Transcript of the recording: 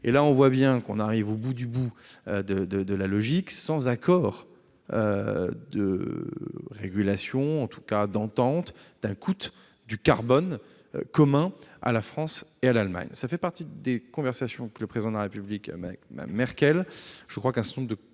Mais on voit bien qu'on arrive au bout du bout de la logique sans accord de régulation, ou en tout cas d'entente, sur un coût du carbone commun à la France et à l'Allemagne. Cela fait partie des conversations que le Président de la République a avec Mme Merkel.